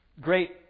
great